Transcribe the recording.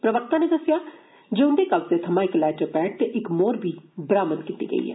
प्रवक्ता नै दसेया ऐ जे उन्दे कब्जे थवां इक लैटर पैड ते इक मोहर बी बरामद कीती गेई ऐ